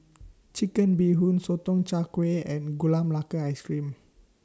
Chicken Bee Hoon Sotong Char Kway and Gula Melaka Ice Cream